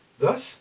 Thus